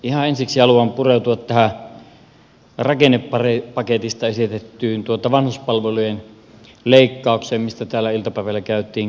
ihan ensiksi haluan pureutua tähän rakennepaketista esitettyyn vanhuspalvelujen leikkaukseen mistä täällä iltapäivällä käytiin keskustelua